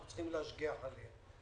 אנחנו צריכים להשגיח עליהם.